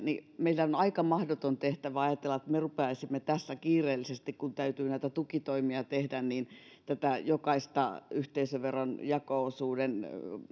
meidän on aika mahdoton tehtävä ajatella että me rupeaisimme tässä kiireellisesti kun täytyy näitä tukitoimia tehdä jokaista yhteisöveron jako osuuden